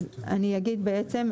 אז אני אגיד בעצם,